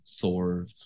Thor